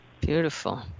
Beautiful